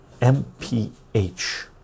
MPH